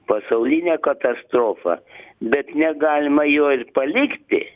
pasaulinė katastrofa bet negalima jo ir palikti